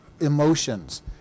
emotions